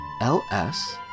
ls